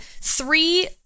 three